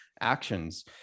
actions